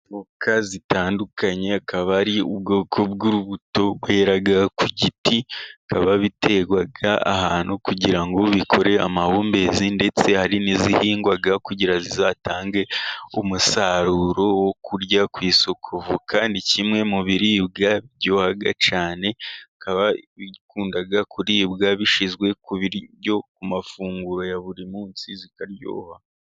Avoka zitandukanye, akaba ari ubwoko bw'urubuto rwera ku giti, bikaba biterwa ahantu kugira ngo bikore amahumbezi, ndetse hari n'izihingwa kugira zizatange umusaruro wo kujyana ku isoko, avoka ni kimwe mu biribwa biryoha cyane ,bikaba bikunda kuribwa bishyizwe ku mafunguro ya buri munsi bikaryoha.